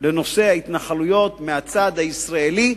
לנושא ההתנחלויות מהצד הישראלי,